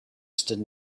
stood